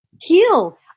heal